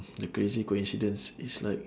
the crazy coincidence is like